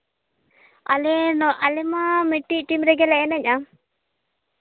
ᱟᱞᱮ ᱟᱞᱮ ᱢᱟ ᱢᱤᱫᱴᱤᱡ ᱴᱤᱢ ᱨᱮᱜᱮᱞᱮ ᱮᱱᱮᱡᱼᱟ